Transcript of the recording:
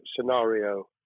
scenario